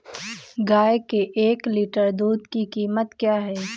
गाय के एक लीटर दूध की क्या कीमत है?